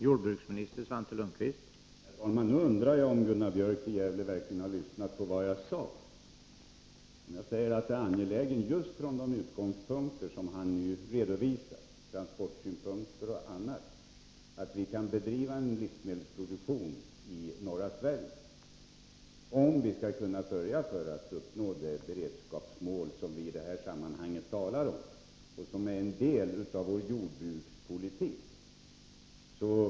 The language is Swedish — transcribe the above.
Herr talman! Nu undrar jag om Gunnar Björk i Gävle verkligen lyssnade på vad jag sade. Jag sade att det är angeläget från just de utgångspunkter som han nu redovisade — transportsynpunkter och annat — att vi kan ha en livsmedelsproduktion i norra Sverige, om vi skall kunna sörja för att uppnå det beredskapsmål som vi i det här sammanhanget talar om och som är en del av vår jordbrukspolitik.